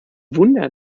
wunder